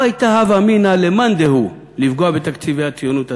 לא הייתה הווה אמינא למאן-דהוא לפגוע בתקציבי הציונות הדתית.